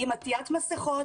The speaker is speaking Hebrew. עוטים מסכות,